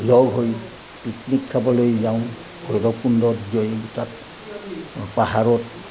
লগ হৈ পিকনিক খাবলৈ যাওঁ ভৈৰৱকুণ্ডত যায় তাত পাহাৰত